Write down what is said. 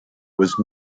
was